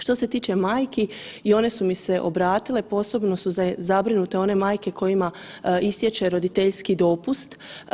Što se tiče majki i one su mi se obratile, posebno su zabrinute one majke kojima istječe roditeljski dopust.